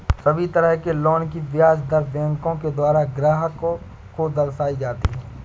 सभी तरह के लोन की ब्याज दर बैंकों के द्वारा ग्राहक को दर्शाई जाती हैं